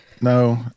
No